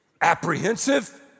Apprehensive